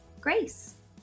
grace